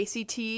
ACT